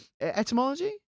etymology